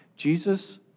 Jesus